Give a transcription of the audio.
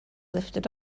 lifted